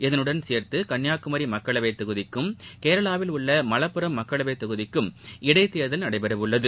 இதனுடன் சேர்த்து கன்னியாகுமரி மக்களவை தொகுதிக்கும் கேரளாவில் உள்ள மலப்புரம் மக்களவை தொகுதிக்கும் இடைத்தேர்தல் நடைபெறவுள்ளது